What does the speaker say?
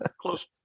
close